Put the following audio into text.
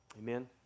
Amen